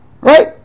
Right